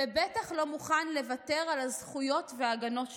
ובטח לא מוכן לוותר על הזכויות וההגנות שלו.